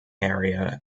area